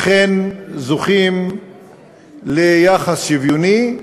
אכן זוכים ליחס שוויוני,